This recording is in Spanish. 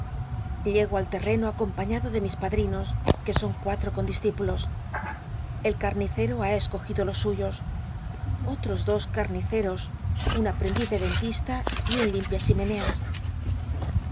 llego al terreno acom aiíado do mis padrinos que son cuatro condiscípulos el carnicero ha escogido los suyos otros dos carniceos un aprendiz de dentista y un limpia himeneas